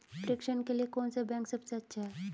प्रेषण के लिए कौन सा बैंक सबसे अच्छा है?